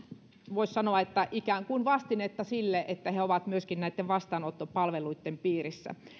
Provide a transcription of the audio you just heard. voisi sanoa ikään kuin vastinetta sille että he ovat myöskin näitten vastaanottopalveluitten piirissä